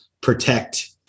protect